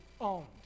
owned